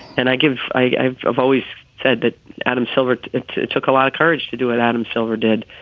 and i give. i've always said that adam silver took a lot of courage to do what adam silver did.